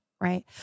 Right